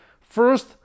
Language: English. First